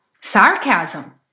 sarcasm